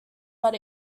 but